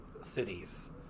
cities